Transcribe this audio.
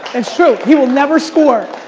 it's true, he will never score.